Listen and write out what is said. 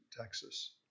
Texas